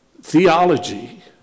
theology